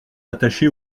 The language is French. attaché